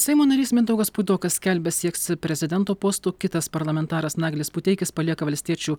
seimo narys mindaugas puidokas skelbia sieks prezidento posto kitas parlamentaras naglis puteikis palieka valstiečių